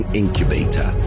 incubator